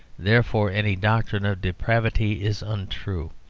therefore any doctrine of depravity is untrue.